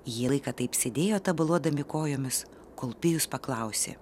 jie laiką taip sėdėjo tabaluodami kojomis kol pijus paklausė